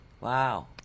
Wow